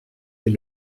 est